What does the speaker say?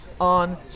on